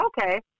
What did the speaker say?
okay